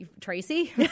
Tracy